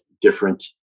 different